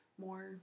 more